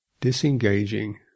disengaging